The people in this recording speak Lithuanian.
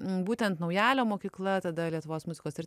būtent naujalio mokykla tada lietuvos muzikos ir